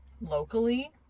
locally